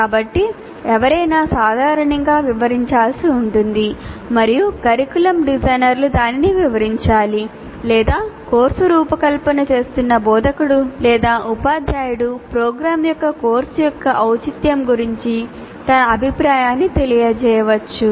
కాబట్టి ఎవరైనా సాధారణంగా వివరించాల్సి ఉంటుంది మరియు కరికులం డిజైనర్లు దానిని వివరించాలి లేదా కోర్సు రూపకల్పన చేస్తున్న బోధకుడు లేదా ఉపాధ్యాయుడు ప్రోగ్రామ్ యొక్క కోర్సు యొక్క ఔచిత్యం గురించి తన అభిప్రాయాన్ని తెలియజేయవచ్చు